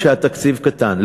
שהתקציב קטן,